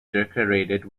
decorated